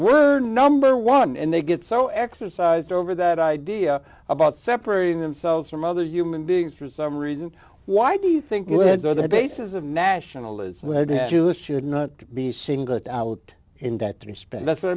were number one and they get so exercised over that idea about separating themselves from other human beings for some reason why do you think goods are the basis of nationalism should not be singled out in that respect that